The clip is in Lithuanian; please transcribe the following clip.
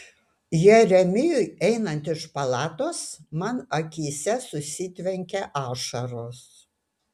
jeremijui einant iš palatos man akyse susitvenkė ašaros